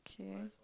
okay